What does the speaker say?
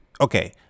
okay